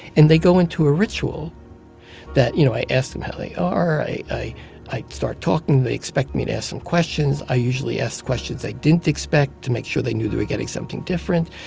and they go into a ritual that, you know, i ask them how they are. i i start talking. they expect me to ask some questions. i usually ask questions they didn't expect to make sure they knew they were getting something different.